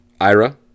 Ira